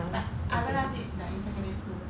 like I realize it like in secondary school